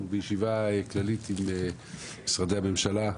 זו ישיבה כללית עם משרדי הממשלה.